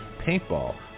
paintball